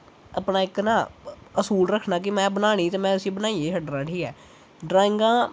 अपना इक ना अपना इक आसूल रक्खना के में इसी बनान्ना ते बनाईयै गै छड्डना ठीक ऐ ड्राइंगां